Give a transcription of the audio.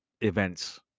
events